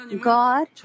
God